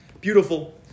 Beautiful